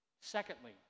Secondly